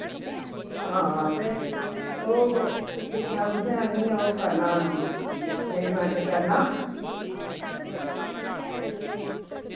हां ते ओ दिक्खना तुसैं आह्नियै ओ करना अरेंजमैंट